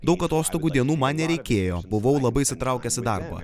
daug atostogų dienų man nereikėjo buvau labai įsitraukęs į darbą